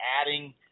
adding